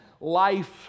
life